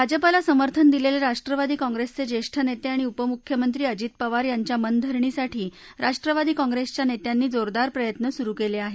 भाजपला समर्थन दिलेले राष्ट्रवादी काँग्रेसचे ज्येष्ठ नेते आणि उपमुख्यमंत्री अजित पवार यांच्या मनधरणीसाठी राष्ट्रवादी काँप्रेसच्या नेत्यांनी जोरदार प्रयत्न सुरू केले आहेत